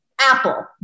Apple